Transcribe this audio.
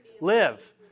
Live